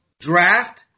draft